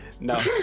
No